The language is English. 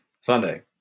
Sunday